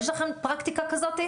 יש לכם פרקטיקה כזאת?